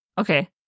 Okay